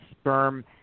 sperm